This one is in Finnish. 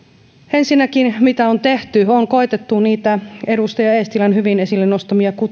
ensinnäkin mitä on tehty on koetettu niitä edustaja eestilän hyvin esille nostamia